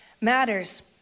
matters